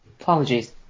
Apologies